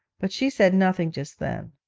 but she said nothing just then.